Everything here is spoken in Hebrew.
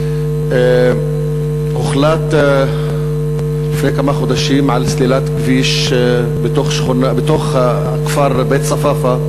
הוחלט לפני כמה חודשים על סלילת כביש בתוך הכפר בית-צפאפא,